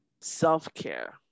Self-care